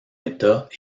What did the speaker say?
état